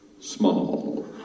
small